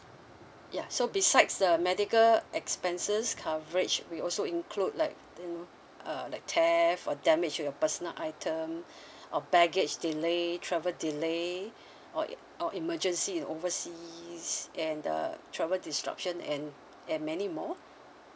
ya so besides the medical expenses coverage we also include like you know uh like theft or damage to your personal item or baggage delay travel delay or e~ or emergency in overseas and the travel disruption and and many more